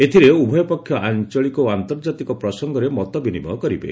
ଏଥିରେ ଉଭୟ ପକ୍ଷ ଆଞ୍ଚଳିକ ଓ ଆନ୍ତର୍ଜାତିକ ପ୍ରସଙ୍ଗରେ ମତ ବିନିମୟ କରିବେ